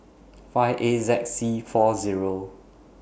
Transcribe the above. five A Z C four Zero